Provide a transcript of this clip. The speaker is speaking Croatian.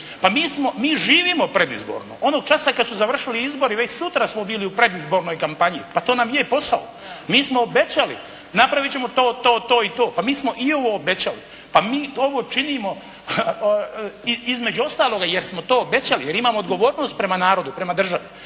Pa mi živimo predizborno. Onog časa kad su završili izbori već sutra smo bili u predizbornoj kampanji. Pa to nam je posao. Mi smo obećali, napravit ćemo to, to, to i to. Pa mi smo i ovo obećali. Pa mi ovo činimo između ostaloga jer smo to obećali, jer imamo odgovornost prema narodu, prema državi.